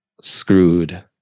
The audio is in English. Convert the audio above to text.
screwed